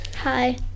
hi